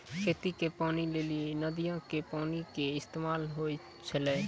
खेती के पानी लेली नदीयो के पानी के इस्तेमाल होय छलै